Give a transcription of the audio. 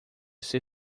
ser